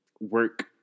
work